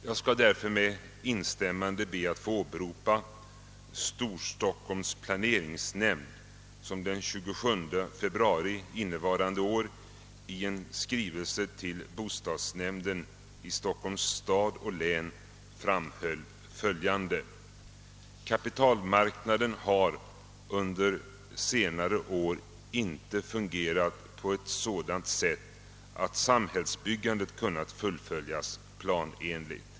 Jag skall därför med instämmande be att få åberopa Storstockholms planeringsnämnd, som den 27 februari i år i en skrivelse till bostadsnämnden i Stockholms stad och län framhöll följande: »Kapitalmarknaden har under senare år inte fungerat på ett sådant sätt att samhällsbyggandet kunnat «fullföljas planenligt.